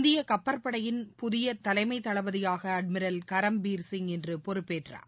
இந்தியகப்பற்படையின் புதியதலைமைதளபதியாகஅட்மிரல் கரம்பீர் சிங் இன்றுபொறுப்பேற்றார்